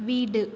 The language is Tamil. வீடு